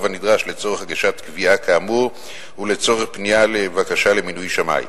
הנדרש לצורך הגשת קביעה כאמור ולצורך פנייה לבקשה למינוי שמאי,